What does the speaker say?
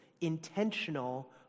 intentional